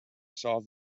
saw